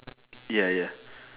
ya ya